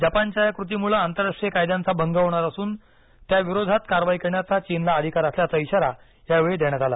जपानच्या या कृतीमुळं आंतरराष्ट्रीय कायद्यांचा भंग होणार असून त्याविरोधात कारवाई करण्याचा चीनला अधिकार असल्याचं इशारा यावेळी देण्यात आला